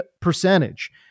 percentage